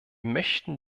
möchten